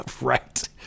Right